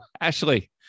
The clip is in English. Ashley